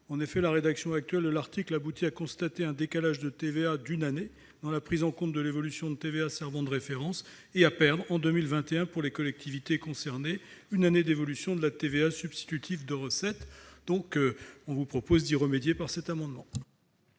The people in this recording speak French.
blanche ». La rédaction actuelle de l'article aboutit à constater un décalage de TVA d'une année dans la prise en compte de l'évolution de TVA servant de référence et à perdre, en 2021, pour les collectivités concernées, une année d'évolution de la TVA substitutive de recettes. Nous proposons d'y remédier par cet amendement.